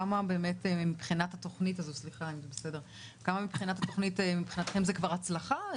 כמה באמת מבחינת התכנית, מבחינתכם זו כבר הצלחה?